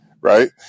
Right